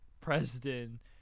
President